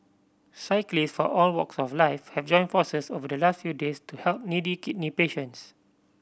cyclist from all walks of life have joined forces over the last few days to help needy kidney patients